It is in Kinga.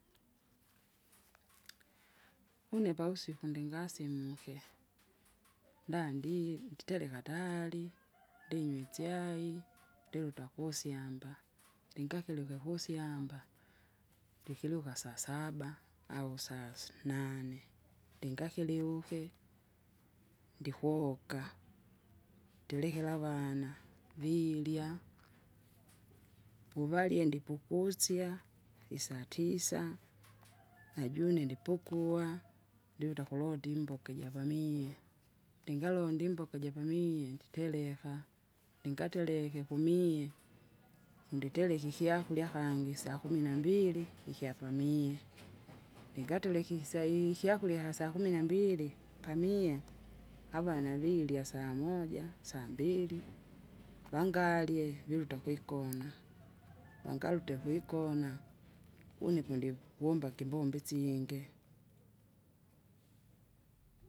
une pavusiku ndingasimuke, ndandi nditereka tayari, ndinywa itschai, ndiluta kusyamba. Ndingakiluke kusyamba, ndikilyuka sasaba au sasi nane, ndingakiliuka, ndikoka, ndilikira avana virya, vuvalye ndipukusya, istisa, najune ndipukuwa ndiuta kulonda imboka ijapamie. Ndingalonda imboka japamie nditereka, ningatereke kumie, nditereka ikyakurya kangi sakumi nambili, ikyapamie, ningatereka ikisa ikyakurya kyasakumi nambili, pamie, ana virya saa moja, sambili, vangarye viruta kwikona, vangarute kwikona, une pondi kuvomba ikimbombo isyingi.